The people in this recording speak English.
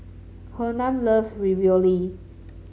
Hernan loves Ravioli